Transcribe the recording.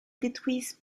détruisent